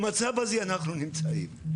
במצב הזה אנחנו נמצאים.